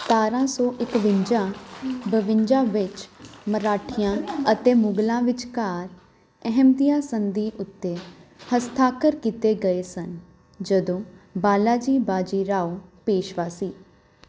ਸਤਾਰਾਂ ਸੋ ਇੱਕਵੰਜਾ ਬਵੰਜਾ ਵਿੱਚ ਮਰਾਠਿਆਂ ਅਤੇ ਮੁਗ਼ਲਾਂ ਵਿਚਕਾਰ ਅਹਿਮਦੀਆ ਸੰਧੀ ਉੱਤੇ ਹਸਤਾਖਰ ਕੀਤੇ ਗਏ ਸਨ ਜਦੋਂ ਬਾਲਾਜੀ ਬਾਜੀਰਾਓ ਪੇਸ਼ਵਾ ਸੀ